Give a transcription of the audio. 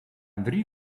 drie